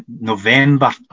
November